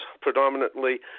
predominantly